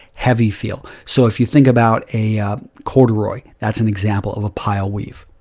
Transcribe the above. heavy feel. so, if you think about a corduroy, thatis an example of a pile weave.